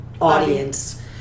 audience